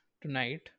tonight